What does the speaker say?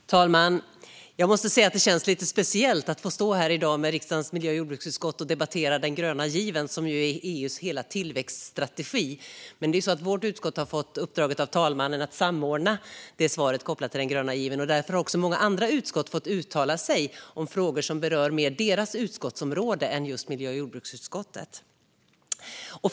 Fru talman! Jag måste säga att det känns lite speciellt att få stå här i dag med riksdagens miljö och jordbruksutskott och debattera den gröna given, som är EU:s hela tillväxtstrategi. Men vårt utskott har fått uppdraget av talmannen att samordna svaren som är kopplade till den gröna given. Många andra utskott har fått uttala sig om frågor som rör deras utskottsområden mer än miljö och jordbruksutskottets område.